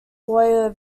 lawyer